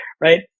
right